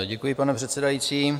Děkuji, pane předsedající.